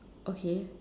okay